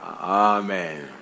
Amen